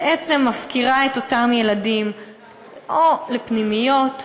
בעצם מפקירה את אותם ילדים לפנימיות או,